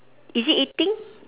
is it eating